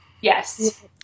Yes